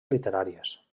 literàries